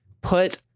put